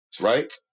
right